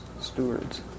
Stewards